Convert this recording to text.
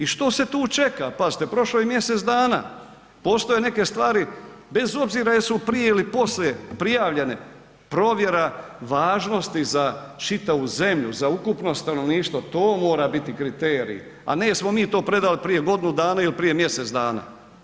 I što se tu čeka, pazite, prošlo je mjesec danas, postoje neke stvari bez obzira jesu prije ili poslije prijavljene, provjera važnosti za čitavu zemlju, za ukupno stanovništvo, to mora biti kriterij a ne jesno mi to predali prije godinu dana ili prije mjesec dana.